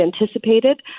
anticipated